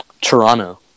Toronto